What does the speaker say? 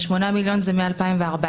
ה-8 מיליון זה מ-2014.